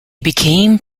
became